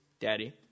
daddy